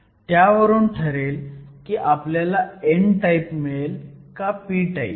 त्यावरून ठरेल की आपल्याला n टाईप मिळेल का p टाईप